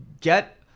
get